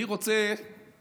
את